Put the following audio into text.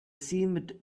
seemed